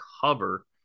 cover